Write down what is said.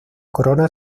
corona